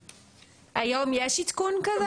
היום יש עדכון כזה?